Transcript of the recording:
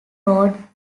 road